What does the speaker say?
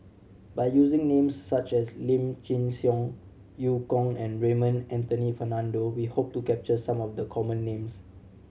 by using names such as Lim Chin Siong Eu Kong and Raymond Anthony Fernando we hope to capture some of the common names